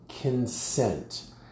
consent